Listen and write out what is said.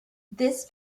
this